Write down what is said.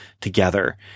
together